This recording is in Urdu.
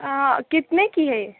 کتنے کی ہے یہ